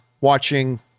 watching